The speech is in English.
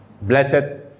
Blessed